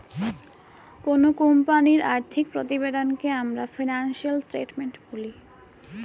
কোনো কোম্পানির আর্থিক প্রতিবেদনকে আমরা ফিনান্সিয়াল স্টেটমেন্ট বলি